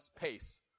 pace